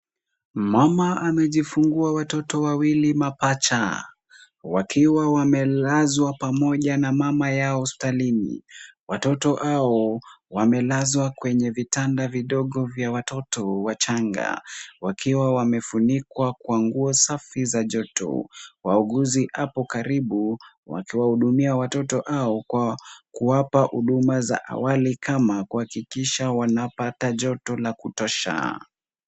Mama amejifungua watoto wawili mapacha, wakiwa wamelazwa pamoja na mama yao hospitalini. Watoto hao wamelazwa kwenye vitanda vidogo vya watoto wachanga, wakiwa wamefunikwa kwa nguo safi za joto. Wauguzi hapo karibu wakiwahudumia watoto hao kwa kuwapa huduma za awali, kama kuhakikisha wanapata joto la kutosha.